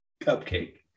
Cupcake